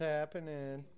happening